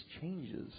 changes